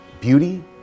beauty